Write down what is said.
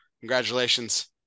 Congratulations